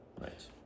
right